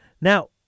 Now